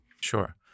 Sure